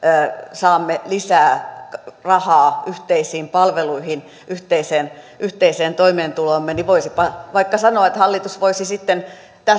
saamme lisää rahaa yhteisiin palveluihin yhteiseen yhteiseen toimeentuloomme niin voisipa vaikka sanoa näin hallitus voisi sitten